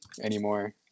anymore